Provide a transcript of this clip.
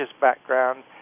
background